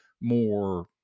more